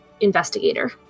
investigator